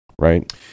right